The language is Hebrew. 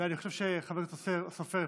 חבר הכנסת סופר,